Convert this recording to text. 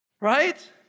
Right